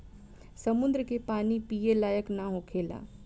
समुंद्र के पानी पिए लायक ना होखेला